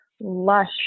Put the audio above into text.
lush